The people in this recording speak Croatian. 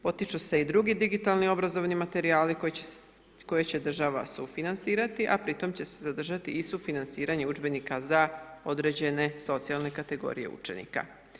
Potiču se i drugi digitalni obrazovni materijali koje će državi sufinancirati ,a pri tom će se zadržati i sufinanciranje udžbenika za određene socijalne kategorije učenika.